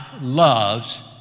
loves